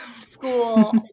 school